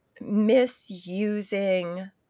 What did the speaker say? misusing